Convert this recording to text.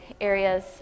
areas